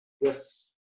yes